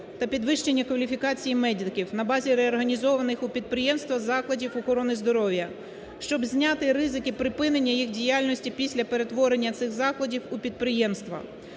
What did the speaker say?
та підвищення кваліфікації медиків на базі реорганізованих у підприємства закладів охорони здоров'я, щоб зняти ризики припинення їх діяльності після перетворення цих закладів у підприємства.